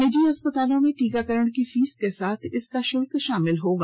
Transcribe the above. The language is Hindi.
निजी अस्पतालों में टीकाकरण की फीस के साथ इसका शुल्क शामिल होगा